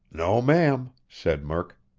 no, ma'am, said murk.